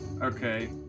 Okay